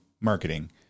marketing